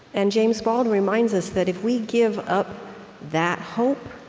and james baldwin reminds us that if we give up that hope,